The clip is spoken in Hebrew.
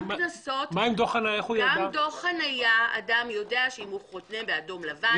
גם דוח חנייה אדם יודע שאם הוא חונה באדום לבן-